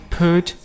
put